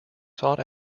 sought